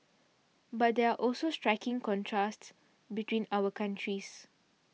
but there are also striking contrasts between our countries